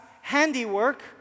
handiwork